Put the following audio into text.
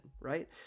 right